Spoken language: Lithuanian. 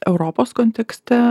europos kontekste